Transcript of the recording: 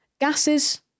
gases